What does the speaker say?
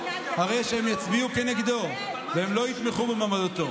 הרי שהם יצביעו נגדו ולא יתמכו במועמדותו,